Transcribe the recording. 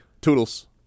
Toodles